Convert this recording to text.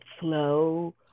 flow